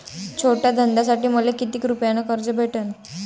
छोट्या धंद्यासाठी मले कितीक रुपयानं कर्ज भेटन?